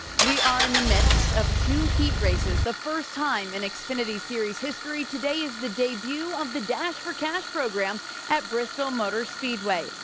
we are in the midst of two heat races. the first time in in xfinity series history. today is the debut of the dash for cash program at bristol motor speedway.